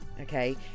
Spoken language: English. Okay